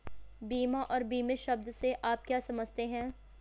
बीमा और बीमित शब्द से आप क्या समझते हैं?